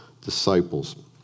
disciples